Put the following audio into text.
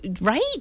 right